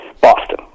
Boston